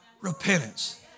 repentance